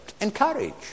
encourage